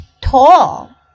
tall